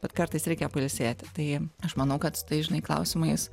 bet kartais reikia pailsėti tai aš manau kad tais žinai klausimais